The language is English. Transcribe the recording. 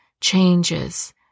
changes